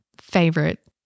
favorite